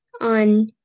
on